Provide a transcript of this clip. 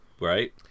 right